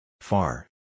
Far